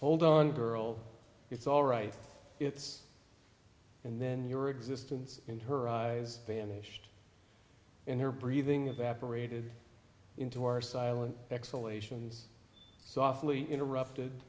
hold on girl it's all right it's and then your existence in her eyes vanished and her breathing evaporated into our silent excell ations softly interrupted